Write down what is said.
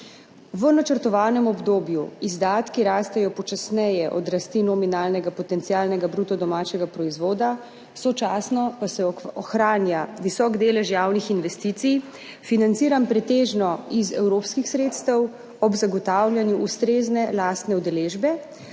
V načrtovanem obdobju izdatki rastejo počasneje od rasti nominalnega potencialnega bruto domačega proizvoda, sočasno pa se ohranja visok delež javnih investicij, financiran pretežno iz evropskih sredstev ob zagotavljanju ustrezne lastne udeležbe,